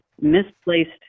misplaced